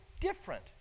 different